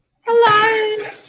Hello